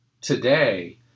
Today